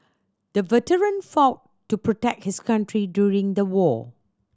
the veteran fought to protect his country during the war